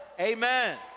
Amen